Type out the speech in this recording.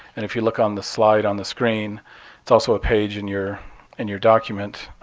and if you look on the slide on the screen it's also a page in your in your document.